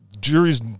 Juries